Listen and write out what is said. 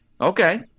okay